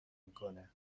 میکنه